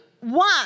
one